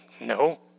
no